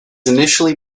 initially